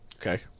Okay